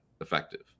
effective